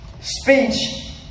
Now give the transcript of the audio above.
speech